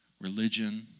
religion